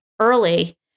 early